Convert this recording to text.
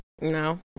no